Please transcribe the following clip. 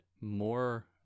More